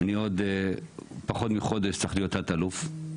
אני עוד פחות מחודש צריך להיות תת אלוף.